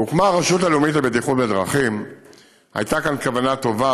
כשהוקמה הרשות הלאומית לבטיחות בדרכים הייתה כאן כוונה טובה,